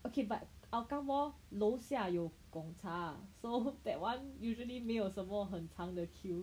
okay but Hougang mall 楼下有 Gongcha so that one usually 没有什么很长的:mei you shen me hen zhangde queue